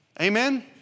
Amen